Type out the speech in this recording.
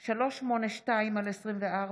פ/382/24,